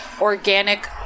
organic